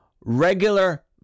regular